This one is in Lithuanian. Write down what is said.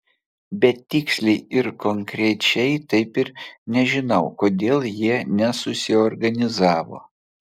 bet tiksliai ir konkrečiai taip ir nežinau kodėl jie nesusiorganizavo